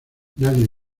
nadie